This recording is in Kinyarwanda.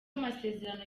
amasezerano